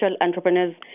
entrepreneurs